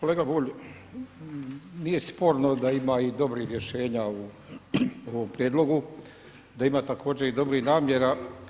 Kolega Bulj, nije sporno da ima i dobrih rješenja u ovom prijedlogu, da ima također i dobrih namjera.